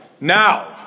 now